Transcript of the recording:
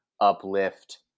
uplift